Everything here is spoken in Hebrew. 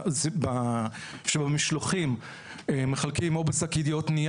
אבות שמתפרקות אחר כך למיקרו פלסטיק נורא ואיום,